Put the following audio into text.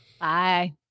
Bye